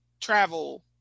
travel